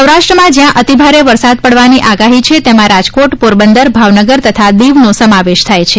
સૌરાષ્ટ્રમાં જ્યાં અતિ ભારે વરસાદ પડવાની આગાહી છે તેમાં રાજકોટ પોરબંદર ભાવનગર તથા દિવનો સમાવેશ થાય છે